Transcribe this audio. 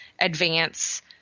advance